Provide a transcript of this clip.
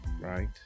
right